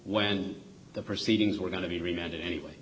when the proceedings were going to be remanded anyway